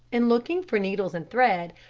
in looking for needles and thread,